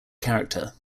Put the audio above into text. character